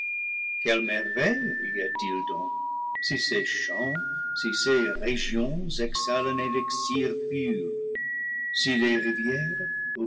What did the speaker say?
quelle merveille y a-t-il donc si ces champs si ces régions le paradis perdu exhalent un élixir pur si les rivières